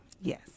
Yes